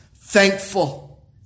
Thankful